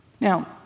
Now